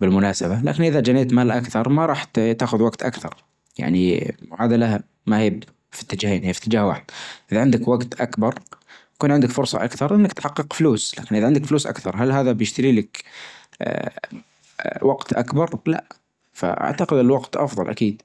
بالمناسبة، لكن إذا جنيت مال أكثر ما راح تاخد وجت أكثر يعني معادلة ما هي في إتجاهين هي في إتجاه واحد، إذا عندك وجت أكبر يكون عندك فرصة أكثر أنك تحقق فلوس، لكن إذا عندك فلوس أكثر هل هذا بيشتري لك آآ وقت اكبر؟ لأ، فأعتقد الوقت أفضل أكيد.